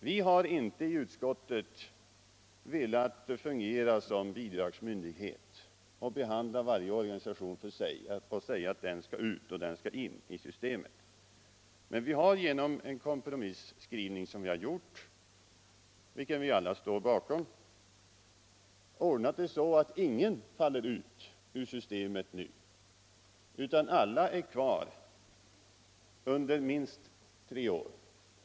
Vi har i utskottet inte velat fungera som en bidragsmyndighet och behandla varje organisation för sig genom att säga att den organisationen skall ut och den organisationen skall in i systemet. Men vi har genom vår skrivning, vilken alla står bakom, ordnat det så att ingen organisation nu faller ut ur systemet, utan alla är kvar under minst tre år.